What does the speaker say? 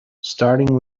starting